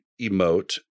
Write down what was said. emote